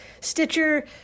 Stitcher